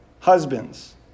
Husbands